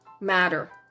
matter